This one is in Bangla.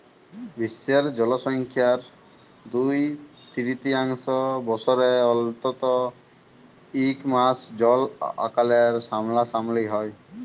বিশ্বের জলসংখ্যার দু তিরতীয়াংশ বসরে অল্তত ইক মাস জল আকালের সামলাসামলি হ্যয়